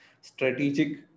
strategic